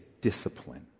discipline